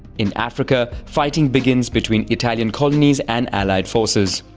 in africa, fighting begins between italian colonies and allied forces.